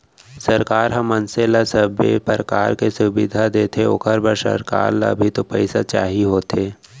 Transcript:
सरकार ह मनसे ल सबे परकार के सुबिधा देथे ओखर बर सरकार ल भी तो पइसा चाही होथे